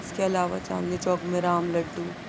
اس کے علاوہ چاندنی چوک میں رام لڈو